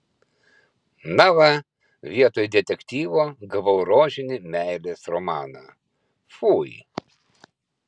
na va vietoj detektyvo gavau rožinį meilės romaną fui